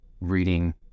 reading